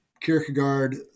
Kierkegaard